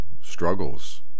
struggles